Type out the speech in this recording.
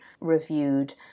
reviewed